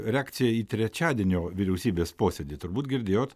reakciją į trečiadienio vyriausybės posėdį turbūt girdėjot